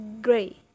gray